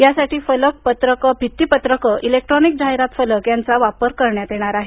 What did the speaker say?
यासाठी फलक पत्रके भित्तीपत्रके इलेक्ट्रोनिक जाहिरात फलक यांचा वापर करण्यात येणार आहे